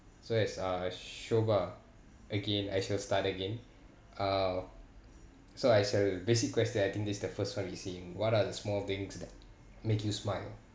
so as uh shoba again I shall start again uh so as a basic question I think this is the first one we see what are the small things make you smile